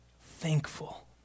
thankful